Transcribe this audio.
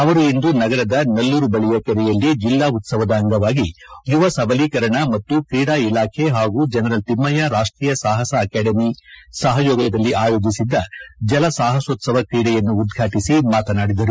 ಅವರು ಇಂದು ನಗರದ ನಲ್ಲೂರು ಬಳಿಯ ಕೆರೆಯಲ್ಲಿ ಜಿಲ್ಲಾ ಉತ್ಸವದ ಅಂಗವಾಗಿ ಯುವ ಸಬಲೀಕರಣ ಮತ್ತು ಕ್ರೀಡಾ ಇಲಾಖೆ ಪಾಗೂ ಜನರಲ್ ತಿಮ್ಮಯ್ಕ ರಾಷ್ಟೀಯ ಸಾಪಸ ಅಕಾಡೆಮಿ ಸಹಯೋಗದಲ್ಲಿ ಆಯೋಜಿಸಿದ್ದ ಜಲ ಸಾಹಸೋತ್ಸವ ಕ್ರೀಡೆಯನ್ನು ಉದ್ಘಾಟಿಸಿ ಮಾತನಾಡಿದರು